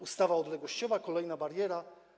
Ustawa odległościowa - kolejna bariera.